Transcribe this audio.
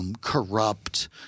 Corrupt